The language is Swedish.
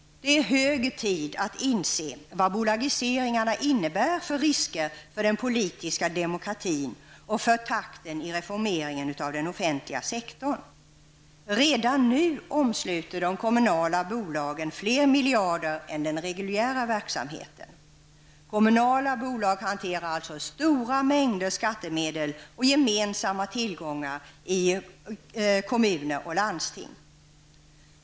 Det är hög tid att inse vilka risker bolagiseringarna innebär för den politiska demokratin och för takten i reformeringen av den offentliga sektorn. Redan nu omsluter de kommunala bolagen fler miljarder än den reguljära verksamheten. Kommunala bolag hanterar alltså stora mängder skattemedel och gemensamma tillgångar i kommuner och landsting.